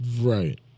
Right